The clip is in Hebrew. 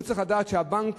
הוא צריך לדעת שהבנק